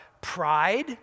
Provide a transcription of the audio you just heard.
pride